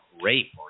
rape